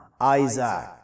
Isaac